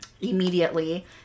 immediately